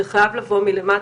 זה חייב לבוא מלמטה,